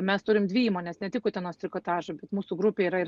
mes turim dvi įmones ne tik utenos trikotažą bet mūsų grupėj yra ir